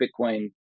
Bitcoin